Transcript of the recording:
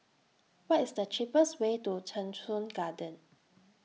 What IS The cheapest Way to Cheng Soon Garden